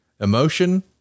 emotion